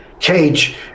Cage